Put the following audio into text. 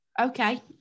Okay